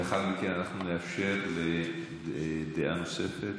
לאחר מכן אנחנו נאפשר דעה נוספת.